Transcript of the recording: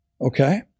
Okay